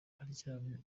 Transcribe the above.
aryamye